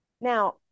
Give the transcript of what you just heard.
Now